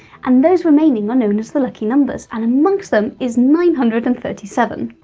and those remaining are known as the lucky numbers, and amongst them is nine hundred and thirty seven!